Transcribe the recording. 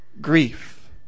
grief